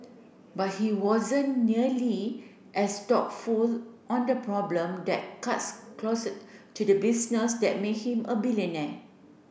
but he wasn't nearly as thoughtful on the problem that cuts closest to the business that make him a billionaire